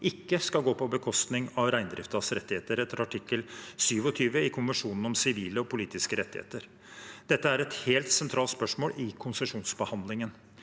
ikke skal gå på bekostning av reindriftens rettigheter, etter artikkel 27 i konvensjonen om sivile og politiske rettigheter. Dette er et helt sentralt spørsmål i konsesjonsbehandlingen.